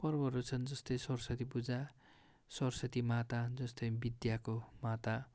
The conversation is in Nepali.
पर्वहरू छन् जस्तै सरस्वती पूजा सरस्वती माता जस्तै विद्याको माता